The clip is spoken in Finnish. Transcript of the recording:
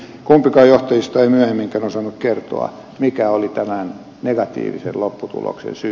kumpikaan johtajista ei myöhemminkään osannut kertoa mikä oli tämän negatiivisen lopputuloksen syy